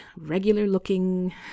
regular-looking